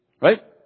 right